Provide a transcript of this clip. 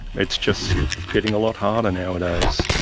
it's just getting a lot harder nowadays.